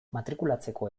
matrikulatzeko